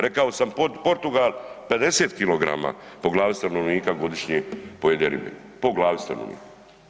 Rekao sam Portugal 50kg po glavi stanovnika godišnje pojede ribe, po glavi stanovnika.